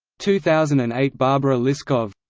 two thousand and eight barbara liskov